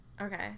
Okay